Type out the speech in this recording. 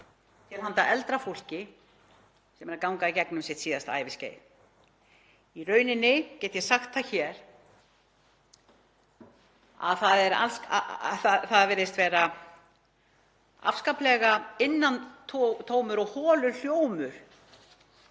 til handa eldra fólki sem er að ganga í gegnum sitt síðasta æviskeið. Í rauninni get ég sagt það hér að það virðist vera afskaplega innantómur og holur hljómur